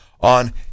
on